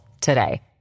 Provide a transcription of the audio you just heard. today